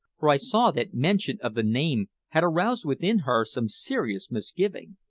for i saw that mention of the name had aroused within her some serious misgiving.